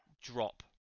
drop